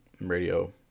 radio